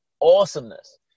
awesomeness